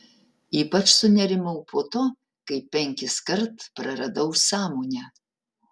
ypač sunerimau po to kai penkiskart praradau sąmonę